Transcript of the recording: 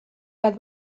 bat